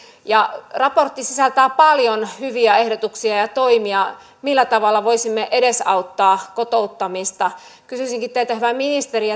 raportti sisältää paljon hyviä ehdotuksia ja ja toimia millä tavalla voisimme edesauttaa kotouttamista kysyisinkin teiltä hyvä ministeri